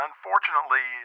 Unfortunately